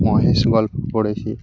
মহেশ গল্প পড়েছি